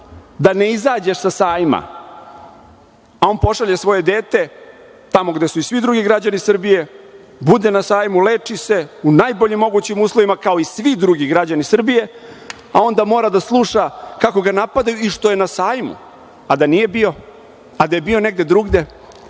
da ne izađeš sa „Sajma“. A, on pošalje svoje dete tamo gde su i svi drugi građani Srbije, bude na „Sajmu“, leči se u najboljim mogućim uslovima kao i svi drugi građani Srbije, a onda mora da sluša kako ga napadaju – zašto je na „Sajmu“? Da nije bio, a da je bio negde drugde?